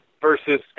versus –